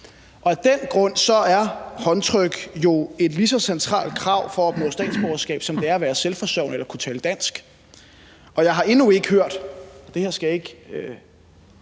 Og af den grund er håndtryk jo et lige så centralt krav for at opnå statsborgerskab, som det er at være selvforsørgende eller at kunne tale dansk, og jeg har endnu ikke hørt – og det her skal ikke